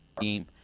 team